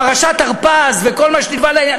פרשת הרפז וכל מה שנלווה לעניין,